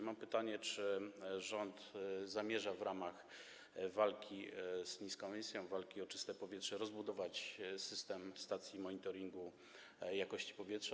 Mam pytanie, czy rząd zamierza w ramach walki z niską emisją, walki o czyste powietrze rozbudować system stacji monitoringu jakości powietrza.